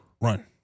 run